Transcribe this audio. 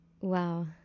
Wow